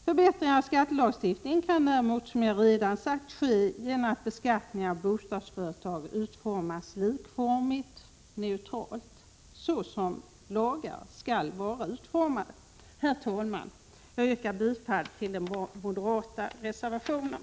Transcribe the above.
Förbättringar av skattelagstiftningen kan däremot, som jag redan sagt, ske genom att beskattningen av bostadsföretag utformas likformigt, neutralt — så som lagar skall vara utformade. Herr talman! Jag yrkar bifall till den moderata reservationen.